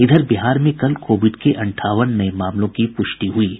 इधर बिहार में कल कोविड के अंठावन नये मामलों की प्रष्टि हुई है